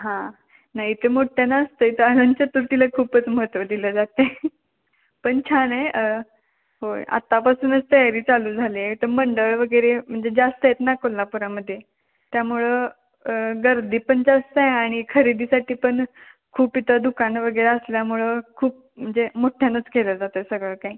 हां नाही इथे मोठ्ठं नसतं इथं अनंत चतुर्थीला खूपच महत्त्व दिलं जात आहे पण छान आहे होय आत्तापासूनच तयारी चालू झाली आहे तर मंडळ वगैरे म्हणजे जास्त आहेत ना कोल्हापुरामध्ये त्यामुळं गर्दी पण जास्त आहे आणि खरेदीसाठी पण खूप इथं दुकानं वगैरे असल्यामुळं खूप म्हणजे मोठ्ठ्यानंच केलं जातं सगळं काही